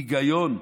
היגיון.